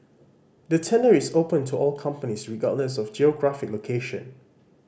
the tender is open to all companies regardless of geographic location